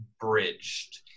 bridged